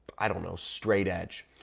i don't know, straight edge.